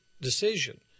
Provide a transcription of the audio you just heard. decision